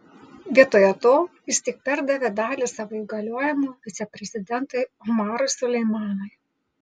vietoje to jis tik perdavė dalį savo įgaliojimų viceprezidentui omarui suleimanui